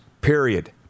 period